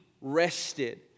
rested